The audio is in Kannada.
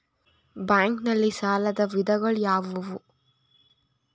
ಬ್ಯಾಂಕ್ ನಲ್ಲಿ ಸಾಲದ ವಿಧಗಳಾವುವು?